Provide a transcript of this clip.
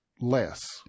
less